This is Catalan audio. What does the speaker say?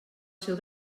seu